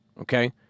okay